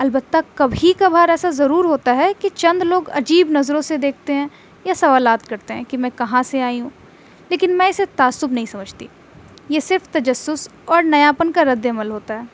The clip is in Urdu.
البتہ کبھی کبھار ایسا ضرور ہوتا ہے کہ چند لوگ عجیب نظروں سے دیکھتے ہیں یا سوالات کرتے ہیں کہ میں کہاں سے آئی ہوں لیکن میں اسے تعصب نہیں سمجھتی یہ صرف تجسس اور نیاپن کا رد عمل ہوتا ہے